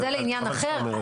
חבל שאתה אומר את זה.